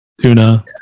Tuna